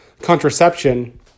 contraception